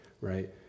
right